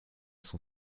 son